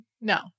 No